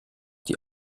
die